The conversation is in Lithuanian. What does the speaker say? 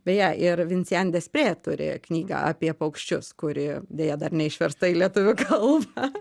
beje ir vincian despre turi knygą apie paukščius kuri deja dar neišversta į lietuvių kalbą